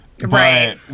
Right